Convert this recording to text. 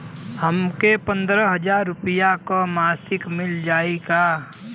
हमके पन्द्रह हजार रूपया क मासिक मिल जाई का?